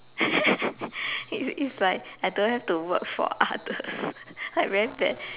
it it's like I don't have to work for others I very bad